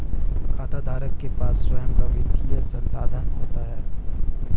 खाताधारक के पास स्वंय का वित्तीय संसाधन होता है